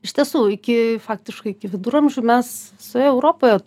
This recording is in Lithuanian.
iš tiesų iki faktiškai iki viduramžių mes visoje europoje